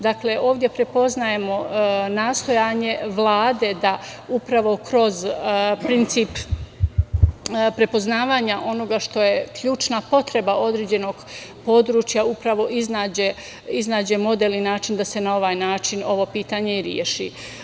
Dakle, ovde prepoznajemo nastojanje Vlade da upravo kroz princip prepoznavanja onoga što je ključna potreba određenog područja upravo iznađe model i način da se na ovaj način ovo pitanje i reši.